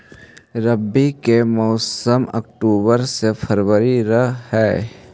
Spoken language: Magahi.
रब्बी के मौसम अक्टूबर से फ़रवरी रह हे